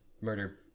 murder